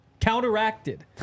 Counteracted